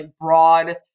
broad